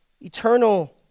eternal